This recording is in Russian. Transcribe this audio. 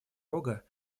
рога